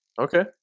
Okay